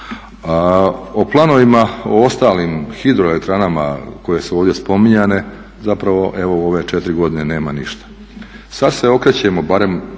o planovima, o ostalim hidro elektranama koje su ovdje spominjane zapravo evo u ove četiri godine nema ništa. Sad se okrećemo barem